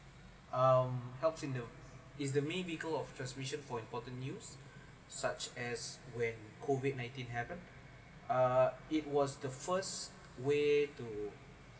um helps in the is the main vehicle of transmission for important news such as when COVID nineteen happen uh it was the first way to